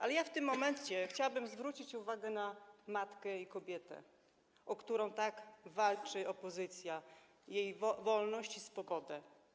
Ale ja w tym momencie chciałabym zwrócić uwagę na matkę i kobietę, o którą tak walczy opozycja, jej wolność i swobodę.